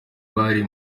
bari